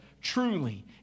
truly